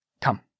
Come